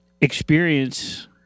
experience